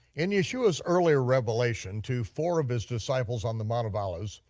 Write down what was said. in yeshua's earlier revelation to four of his disciples on the mount of olives,